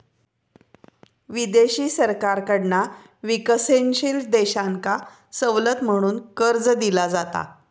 विदेशी सरकारकडना विकसनशील देशांका सवलत म्हणून कर्ज दिला जाता